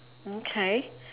okay